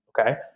okay